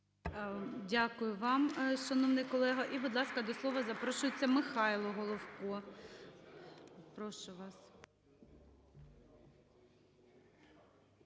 Дякую вам, шановний колего. І, будь ласка, до слова запрошується Михайло Головко, прошу вас.